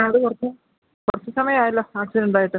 അത് കുറച്ച് കുറച്ച് സമയം ആയല്ലൊ ആക്സിഡന്റ് ആയിട്ട്